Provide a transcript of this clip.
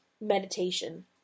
meditation